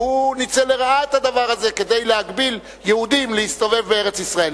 והוא ניצל לרעה את הדבר הזה כדי להגביל יהודים מלהסתובב בארץ-ישראל,